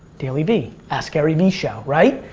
dailyvee, askgaryvee show, right?